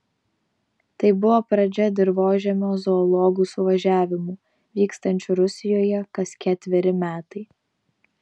tai buvo pradžia dirvožemio zoologų suvažiavimų vykstančių rusijoje kas ketveri metai